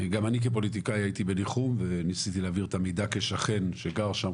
גם אני כפוליטיקאי הייתי בניחום וניסיתי להעביר את המידע כשכן שגר שם,